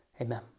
Amen